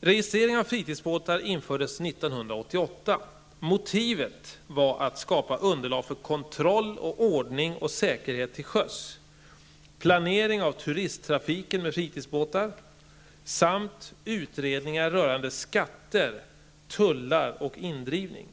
Registrering av fritidsbåtar infördes 1988. Motivet var att skapa underlag för kontroll av ordning och säkerhet till sjöss, planering av turisttrafiken med fritidsbåtar samt utredningar rörande skatter, tullar och indrivning.